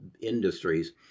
industries